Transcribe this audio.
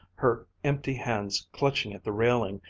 her empty hands clutching at the railing,